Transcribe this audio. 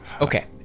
Okay